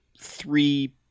three